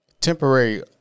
temporary